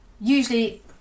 Usually